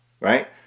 right